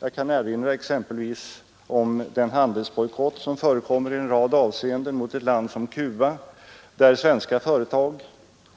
Jag kan exempelvis erinra om den handelsbojkott som förekommer i en rad avseenden mot ett land som Cuba, där Svenska företag